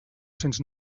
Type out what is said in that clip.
cents